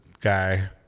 guy